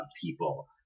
people